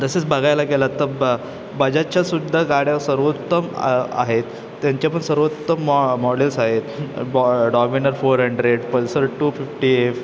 तसेच बघायला गेला तं बाजाजच्यासुद्धा गाड्या सर्वोत्तम आ आहेत त्यांच्यापण सर्वोत्तम मॉ मॉडेल्स आहेत बॉ Dominar four hundred Pulsar two fifty F